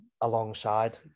alongside